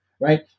right